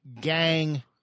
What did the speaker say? gang